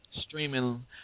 streaming